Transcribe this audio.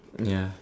ya